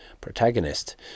protagonist